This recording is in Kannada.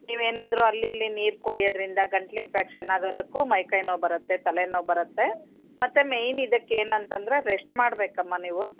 ನೀವೇನಾದರು ಅಲ್ಲಿ ಇಲ್ಲಿ ನೀರು ಕುಡಿಯೋದ್ರಿಂದ ಗಂಟ್ಲು ಇನ್ಫೆಕ್ಷನ್ ಆಗೋದಕ್ಕೂ ಮೈಕೈ ನೋವು ಬರುತ್ತೆ ತಲೆನೋವು ಬರುತ್ತೆ ಮತ್ತು ಮೇಯ್ನ್ ಇದಕ್ಕೇನಂತಂದರೆ ರೆಸ್ಟ್ ಮಾಡಬೇಕಮ್ಮ ನೀವು